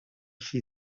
she